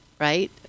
right